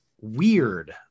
weird